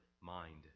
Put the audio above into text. mind